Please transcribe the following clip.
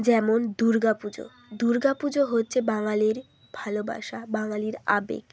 যেমন দুর্গাপুজো দুর্গাপুজো হচ্ছে বাঙালির ভালোবাসা বাঙালির আবেগ